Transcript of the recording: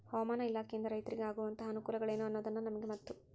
ಹವಾಮಾನ ಇಲಾಖೆಯಿಂದ ರೈತರಿಗೆ ಆಗುವಂತಹ ಅನುಕೂಲಗಳೇನು ಅನ್ನೋದನ್ನ ನಮಗೆ ಮತ್ತು?